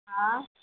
हाँ